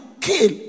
kill